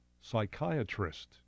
psychiatrist